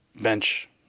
Bench